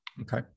Okay